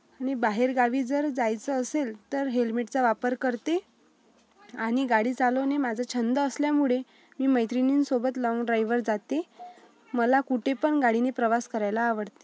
आणि बाहेरगावी जर जायचं असेल तर हेल्मेटचा वापर करते आणि गाडी चालवणे माझं छंद असल्यामुडे मी मैत्रिणींसोबत लाँग ड्राइववर जाते मला कुठेपण गाडीने प्रवास करायला आवडते